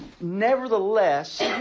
nevertheless